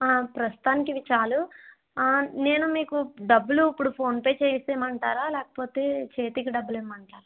ప్రస్తుతానికి ఇవి చాలు నేను మీకు డబ్బులు ఇప్పుడు ఫోన్ పే చేసేయమంటారా లేకపోతే చేతికి డబ్బులు ఇవ్వమంటారా